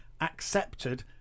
accepted